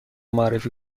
معرفی